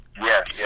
Yes